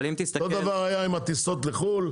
אבל אם תסתכל --- אותו דבר היה עם הטיסות לחו"ל,